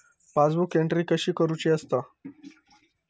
Passbook entry कशी करुची असता?